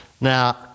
Now